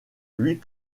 huit